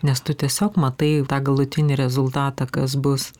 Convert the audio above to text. nes tu tiesiog matai tą galutinį rezultatą kas bus